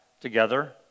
together